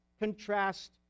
contrast